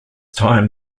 time